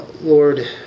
Lord